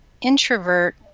introvert